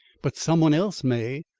but some one else may.